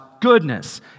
goodness